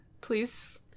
Please